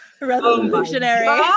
revolutionary